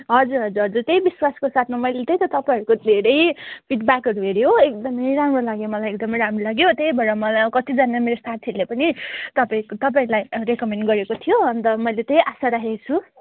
हजुर हजुर हजुर त्यही विश्वासको साथमा मैले त्यही त तपाईँहरूको धेरै फिडब्याकहरू हेरेँ हो एकदमै राम्रो लाग्यो मलाई एकदमै राम्रो लाग्यो त्यही भएर मलाई कतिजना मेरो साथीहरूले पनि तपाईँको तपाईँलाई रेकमेन्ड गरेको थियो अन्त मैले त्यही आशा राखेको छु